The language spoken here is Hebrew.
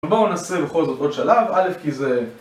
בואו נעשה בכל זאת עוד שלב. א', כי זה...